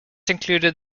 included